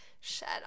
shed